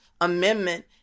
amendment